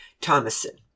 Thomason